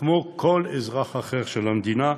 כמו כל אזרח אחר של המדינה.